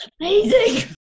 amazing